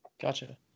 Gotcha